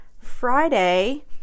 Friday